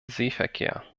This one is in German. seeverkehr